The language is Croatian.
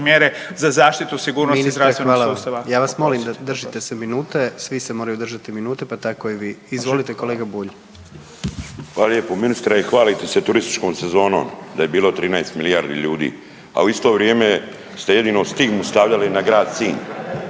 Gordan (HDZ)** Ministre hvala vam, ja vas molim držite se minute, svi se moraju držati minute, pa tako i vi. Izvolite kolega Bulj. **Bulj, Miro (MOST)** Hvala lijepo. Ministre, hvalite se turističkom sezonom da je bilo 13 milijardi ljudi, a u isto vrijeme ste jedino stigmu stavljali na grad Sinj,